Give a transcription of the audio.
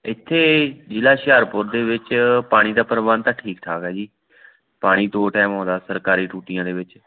ਇੱਥੇ ਜ਼ਿਲ੍ਹਾ ਹੁਸ਼ਿਆਰਪੁਰ ਦੇ ਵਿੱਚ ਪਾਣੀ ਦਾ ਪ੍ਰਬੰਧ ਤਾਂ ਠੀਕ ਠਾਕ ਆ ਜੀ ਪਾਣੀ ਦੋ ਟੈਮ ਆਉਂਦਾ ਸਰਕਾਰੀ ਟੂਟੀਆਂ ਦੇ ਵਿੱਚ